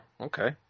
okay